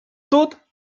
тут